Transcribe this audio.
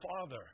Father